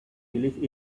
believe